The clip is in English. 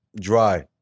dry